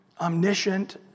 omniscient